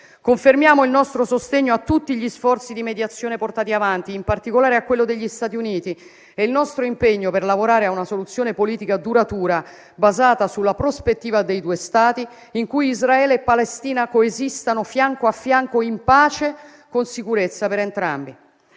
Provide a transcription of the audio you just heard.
Confermiamo il nostro sostegno a tutti gli sforzi di mediazione portati avanti, in particolare a quello degli Stati Uniti, e il nostro impegno per lavorare a una soluzione politica duratura, basata sulla prospettiva dei due Stati, in cui Israele e Palestina coesistano fianco a fianco in pace, con sicurezza per entrambi.